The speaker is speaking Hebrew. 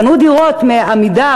קנו דירות מ"עמידר",